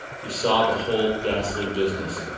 he saw the whole ghastly business,